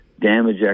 damage